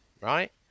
right